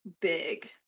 big